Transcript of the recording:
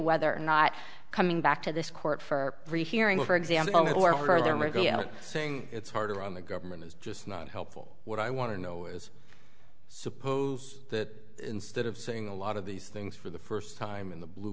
whether or not coming back to this court for rehearing for example or over there saying it's harder on the government is just not helpful what i want to know is suppose that instead of saying a lot of these things for the first time in the blue